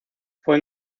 fue